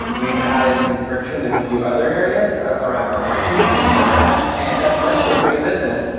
we've added some friction in a few other areas around our marketing and things like that, and that's led to a great business,